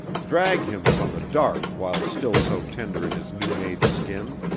drag him from the dark while still so tender in his new-made skin.